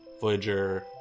Voyager